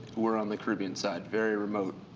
we're on the caribbean side, very remote.